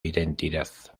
identidad